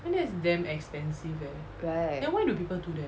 right